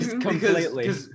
Completely